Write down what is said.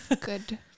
Good